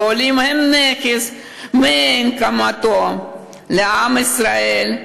ועולים הם נכס מאין כמותו לעם ישראל,